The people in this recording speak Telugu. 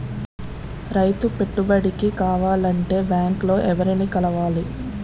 రైతు పెట్టుబడికి కావాలంటే బ్యాంక్ లో ఎవరిని కలవాలి?